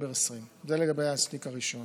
באוקטובר 2020. זה לגבי התיק הראשון.